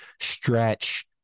stretch